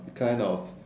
kind of